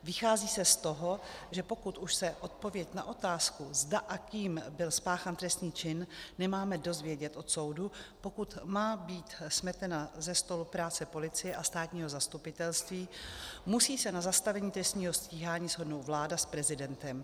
Vychází se z toho, že pokud už se odpověď na otázku, zda a kým byl spáchán trestný čin, nemáme dozvědět od soudu, pokud má být smetena ze stolu práce policie a státního zastupitelství, musí se na zastavení trestního stíhání shodnout vláda s prezidentem.